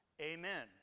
amen